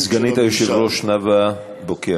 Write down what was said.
סגנית היושב-ראש נאוה בוקר,